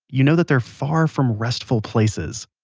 you know that they're far from restful places.